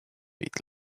eat